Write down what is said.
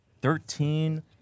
Thirteen